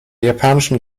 japanischen